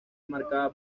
marcada